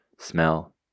smell